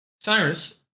Cyrus